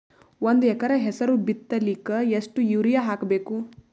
ಒಂದ್ ಎಕರ ಹೆಸರು ಬಿತ್ತಲಿಕ ಎಷ್ಟು ಯೂರಿಯ ಹಾಕಬೇಕು?